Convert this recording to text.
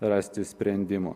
rasti sprendimų